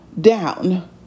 down